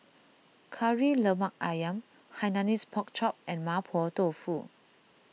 Kari Lemak Ayam Hainanese Pork Chop and Mapo Tofu